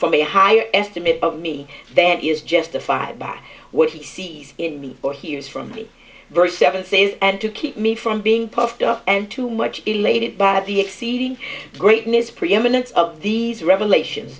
from a higher estimate of me that is justified by what he sees in me or hears from me verse seven says and to keep me from being puffed up and too much elated that the exceeding greatness preeminence of these revelations